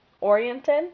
oriented